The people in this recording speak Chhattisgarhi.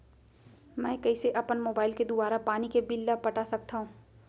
मैं कइसे अपन मोबाइल के दुवारा पानी के बिल ल पटा सकथव?